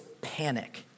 panic